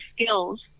skills